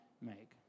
make